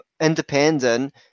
independent